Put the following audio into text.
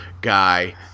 Guy